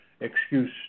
excuse